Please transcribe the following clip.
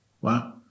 Wow